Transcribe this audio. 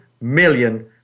million